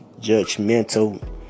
judgmental